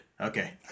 Okay